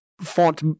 font